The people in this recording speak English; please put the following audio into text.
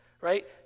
right